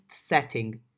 setting